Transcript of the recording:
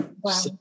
Wow